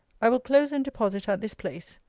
i will close and deposit at this place.